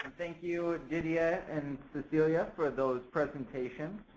thank you, didier and cecilia for ah those presentations.